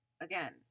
Again